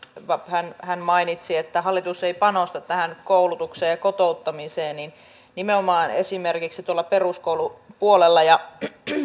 hän hän mainitsi että hallitus ei panosta tähän koulutukseen ja kotouttamiseen mutta nimenomaan esimerkiksi tuolla peruskoulupuolella ja